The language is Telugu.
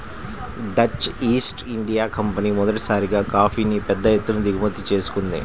డచ్ ఈస్ట్ ఇండియా కంపెనీ మొదటిసారిగా కాఫీని పెద్ద ఎత్తున దిగుమతి చేసుకుంది